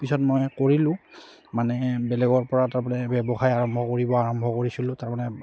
পিছত মই কৰিলোঁ মানে বেলেগৰপৰা তাৰমানে ব্যৱসায় আৰম্ভ কৰিব আৰম্ভ কৰিছিলোঁ তাৰমানে